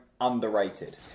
underrated